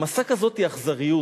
העמסה כזו היא אכזריות.